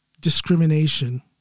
discrimination